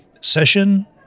session